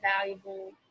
valuable